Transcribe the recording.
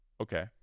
Okay